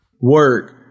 work